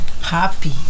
happy